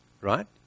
Right